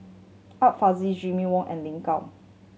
Art Fazil Jimmy Ong and Lin Gao